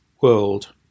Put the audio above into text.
World